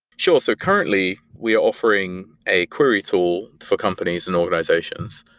sure. so currently, we are offering a query tool for companies in organizations,